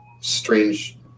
strange